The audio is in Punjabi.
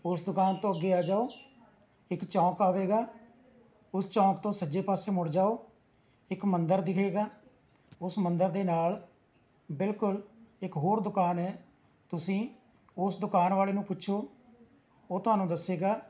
ਉਸ ਦੁਕਾਨ ਤੋਂ ਅੱਗੇ ਆ ਜਾਉ ਇੱਕ ਚੌਂਕ ਆਵੇਗਾ ਉਸ ਚੌਂਕ ਤੋਂ ਸੱਜੇ ਪਾਸੇ ਮੁੜ ਜਾਉ ਇੱਕ ਮੰਦਰ ਦਿਖੇਗਾ ਉਸ ਮੰਦਰ ਦੇ ਨਾਲ਼ ਬਿਲਕੁਲ ਇੱਕ ਹੋਰ ਦੁਕਾਨ ਹੈ ਤੁਸੀਂ ਉਸ ਦੁਕਾਨ ਵਾਲੇ ਨੂੰ ਪੁੱਛੋ ਉਹ ਤੁਹਾਨੂੰ ਦੱਸੇਗਾ